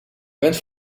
wind